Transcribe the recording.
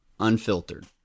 unfiltered